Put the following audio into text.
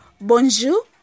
Bonjour